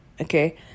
Okay